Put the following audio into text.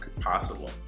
possible